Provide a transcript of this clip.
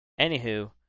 Anywho